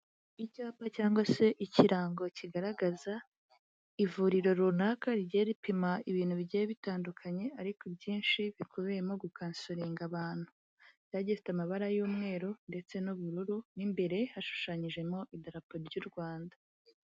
Icyapa cyangwa se ikirango kigaragaza ivuriro runaka rigiye ripima ibintu bigiye bitandukanye ariko ibyinshi bikubiyemo gukansoringa abantu, cyari gifite amabara y'umweru ndetse n'ubururu, mo imbere hashushanyijemo idarapo ry'u Rwanda.